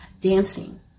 dancing